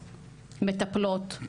מטפלות,